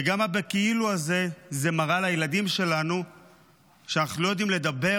וגם הכאילו הזה הוא מראה לילדים שלנו שאנחנו לא יודעים לדבר,